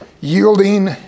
yielding